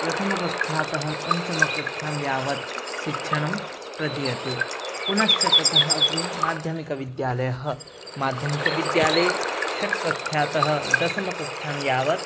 प्रथमकक्षातः पञ्चमकक्षां यावत् शिक्षणं प्रदीयते पुनश्च ततः अग्रे माध्यमिकविद्यालयः माध्यमिकविद्यालये षट् कक्षातः दशमकक्षां यावत्